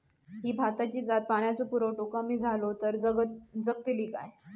ही भाताची जात पाण्याचो पुरवठो कमी जलो तर जगतली काय?